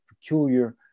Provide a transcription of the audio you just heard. peculiar